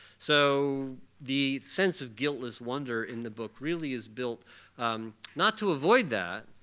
so the sense of guiltless wonder in the book really is built not to avoid that,